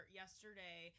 yesterday